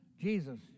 Jesus